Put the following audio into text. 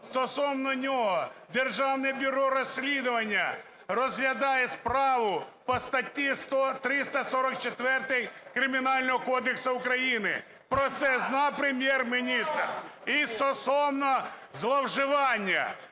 стосовно нього Державне бюро розслідувань розглядає справу по статті 344 Кримінального кодексу України. Про це знає Прем'єр-міністр? І стосовно зловживання.